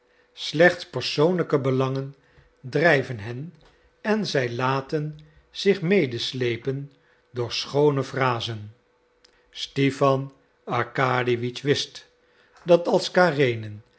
slechts persoonlijke belangen drijven hen en zij laten zich medeslepen door schoone phrasen stipan arkadiewitsch wist dat als